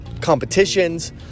competitions